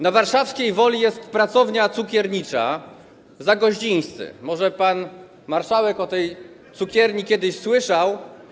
Na warszawskiej Woli jest Pracownia Cukiernicza Zagoździński, może pan marszałek o tej cukierni kiedyś słyszał.